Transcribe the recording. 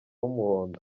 w’umuhondo